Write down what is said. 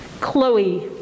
Chloe